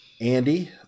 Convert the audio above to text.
Andy